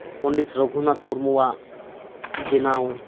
ᱯᱚᱱᱰᱤᱛ ᱨᱚᱜᱷᱱᱟᱛᱷ ᱢᱩᱨᱢᱩᱣᱟᱜ ᱵᱮᱱᱟᱣ